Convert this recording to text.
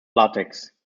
latex